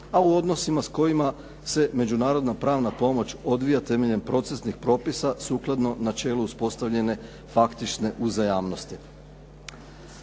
a u odnosima s kojima se međunarodna pravna pomoć odvija temeljem procesnih propisa sukladno načelu uspostavljene faktične uzajamnosti.